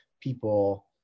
people